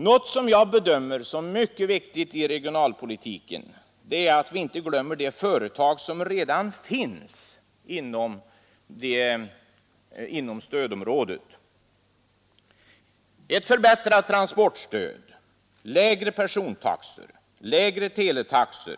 Något som jag bedömer som mycket viktigt i regionalpolitiken är att vi inte glömmer de företag som redan finns inom stödområdet. Ett förbättrat transportstöd, lägre persontaxor, lägre teletaxor,